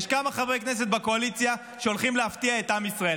יש כמה חברי כנסת בקואליציה שהולכים להפתיע את עם ישראל.